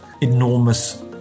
enormous